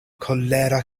kolera